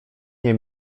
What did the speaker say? nie